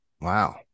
Wow